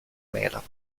mela